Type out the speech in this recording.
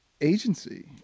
agency